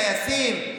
טייסים,